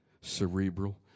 cerebral